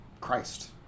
Christ